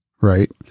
Right